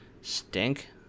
stink